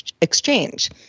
exchange